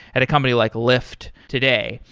at a company like lyft today?